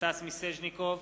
סטס מיסז'ניקוב,